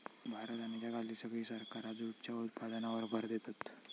भारत आणि जगातली सगळी सरकारा जूटच्या उत्पादनावर भर देतत